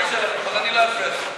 אני לא אפריע לך.